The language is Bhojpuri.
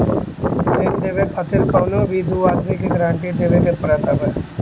लोन लेवे खातिर कवनो भी दू आदमी के गारंटी देवे के पड़त हवे